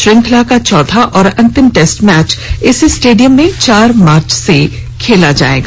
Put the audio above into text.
श्रृंखला का चौथा और अंतिम टेस्ट मैच इसी स्टेडियम में चार मार्च से खेला जाएगा